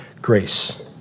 grace